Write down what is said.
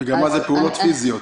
וגם מה זה פעולות פיזיות.